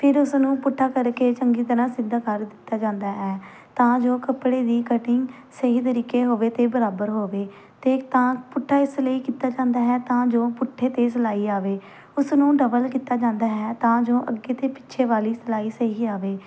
ਫਿਰ ਉਸਨੂੰ ਪੁੱਠਾ ਕਰਕੇ ਚੰਗੀ ਤਰ੍ਹਾਂ ਸਿੱਧਾ ਕਰ ਦਿੱਤਾ ਜਾਂਦਾ ਹੈ ਤਾਂ ਜੋ ਕੱਪੜੇ ਦੀ ਕਟਿੰਗ ਸਹੀ ਤਰੀਕੇ ਹੋਵੇ ਅਤੇ ਬਰਾਬਰ ਹੋਵੇ ਅਤੇ ਤਾਂ ਪੁੱਠਾ ਇਸ ਲਈ ਕੀਤਾ ਜਾਂਦਾ ਹੈ ਤਾਂ ਜੋ ਪੁੱਠੇ 'ਤੇ ਸਿਲਾਈ ਆਵੇ ਉਸਨੂੰ ਡਬਲ ਕੀਤਾ ਜਾਂਦਾ ਹੈ ਤਾਂ ਜੋ ਅੱਗੇ ਅਤੇ ਪਿੱਛੇ ਵਾਲੀ ਸਿਲਾਈ ਸਹੀ ਆਵੇ